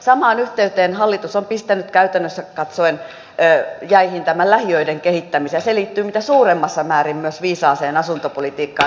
samassa yhteydessä hallitus on pistänyt käytännössä katsoen jäihin tämän lähiöiden kehittämisen ja se liittyy mitä suurimmassa määrin myös viisaaseen asuntopolitiikkaan